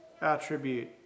attribute